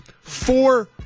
four